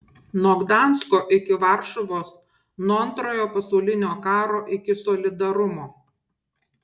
nuo gdansko iki varšuvos nuo antrojo pasaulinio karo iki solidarumo